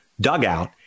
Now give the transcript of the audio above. dugout